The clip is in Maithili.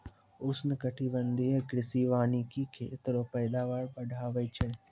उष्णकटिबंधीय कृषि वानिकी खेत रो पैदावार बढ़ाबै छै